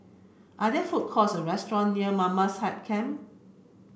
are there food courts or restaurant near Mamam